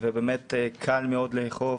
ובאמת קל מאוד לאכוף